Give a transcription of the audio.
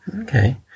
Okay